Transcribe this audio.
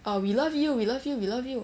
ah we love you we love you we love you